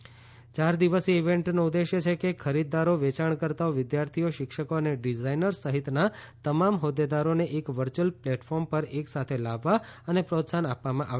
યાર દિવસીય ઇવેન્ટનો ઉદ્દેશ છે કે ખરીદદારો વેચાણકર્તાઓ વિદ્યાર્થીઓ શિક્ષકો અને ડિઝાઇનર્સ સહિતના તમામ હોદ્દેદારોને એક વર્ચ્યુઅલ પ્લેટફોર્મ પર એકસાથે લાવવા અને પ્રોત્સાહન આપવામાં આવે